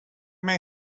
may